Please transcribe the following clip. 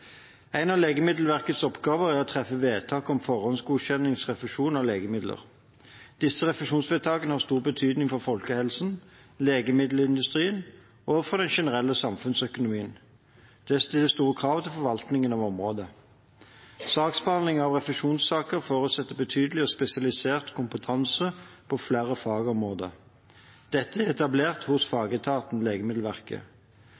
En av Legemiddelverkets oppgaver er å treffe vedtak om forhåndsgodkjent refusjon av legemidler. Disse refusjonsvedtakene har stor betydning for folkehelsen, for legemiddelindustrien og for den generelle samfunnsøkonomien. Det stilles store krav til forvaltningen av området. Saksbehandling av refusjonssaker forutsetter betydelig og spesialisert kompetanse på flere fagområder. Dette er etablert hos